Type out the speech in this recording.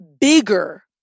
bigger